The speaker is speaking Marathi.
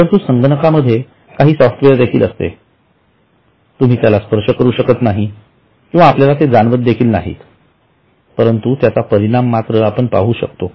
परंतु संगणका मध्ये काही सॉफ्टवेअर देखील असते तुम्ही त्याला स्पर्श करू शकत नाही किंवा आपल्याला ते जाणवत देखील नाही परंतु त्याचा परिणाम मात्र आपण पाहू शकतो